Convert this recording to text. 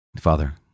Father